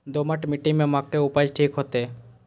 दोमट मिट्टी में मक्के उपज ठीक होते?